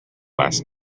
last